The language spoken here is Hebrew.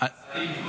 --- עכשיו השרים,